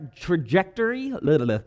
trajectory